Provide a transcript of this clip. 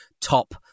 top